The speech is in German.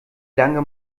lange